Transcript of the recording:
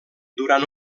durant